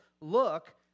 Look